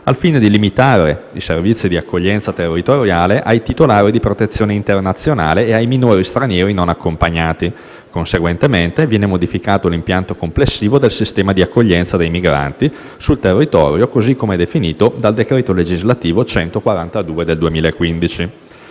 al fine di limitare i servizi di accoglienza territoriale ai titolari di protezione internazionale e ai minori stranieri non accompagnati. Conseguentemente, viene modificato l'impianto complessivo del sistema di accoglienza dei migranti sul territorio, così come definito dal decreto legislativo n. 142 del 2015.